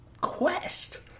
quest